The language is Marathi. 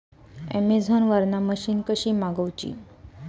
अमेझोन वरन मशीन कशी मागवची?